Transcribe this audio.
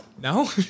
No